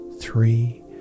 three